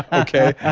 ah okay,